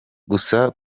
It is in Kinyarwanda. gusa